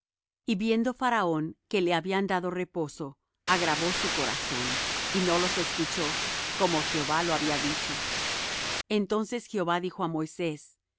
y viendo faraón que le habían dado reposo agravó su corazón y no los escuchó como jehová lo había dicho entonces jehová dijo á moisés di á